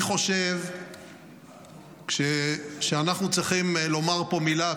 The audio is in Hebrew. אני חושב שאנחנו צריכים לומר פה מילה.